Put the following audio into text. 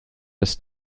des